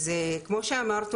אז כמו שאמרתי,